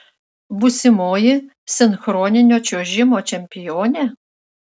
būsimoji sinchroninio čiuožimo čempionė